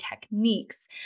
techniques